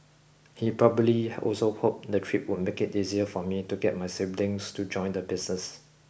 he probably also hoped the trip would make it easier for me to get my siblings to join the business